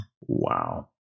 Wow